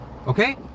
Okay